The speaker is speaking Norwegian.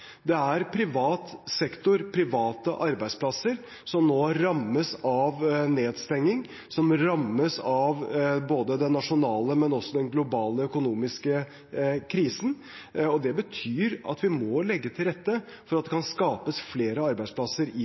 Det er privat sektor og private arbeidsplasser som nå rammes av nedstenging, og som rammes av både den nasjonale og den globale økonomiske krisen. Det betyr at vi må legge til rette for at det kan skapes flere arbeidsplasser i